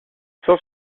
sans